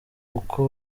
uko